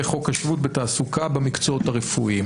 חוקי השבות בתעסוקה במקצועות הרפואיים.